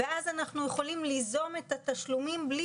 ואז אנחנו יכולים ליזום את התשלומים בלי